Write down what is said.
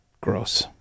gross